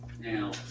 Now